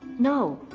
no